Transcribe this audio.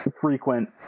frequent